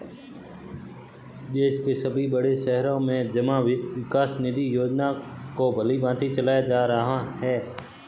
देश के सभी बड़े शहरों में जमा वित्त विकास निधि योजना को भलीभांति चलाया जा रहा है